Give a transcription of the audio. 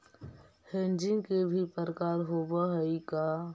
Hedging के भी प्रकार होवअ हई का?